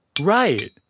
right